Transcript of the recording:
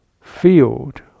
field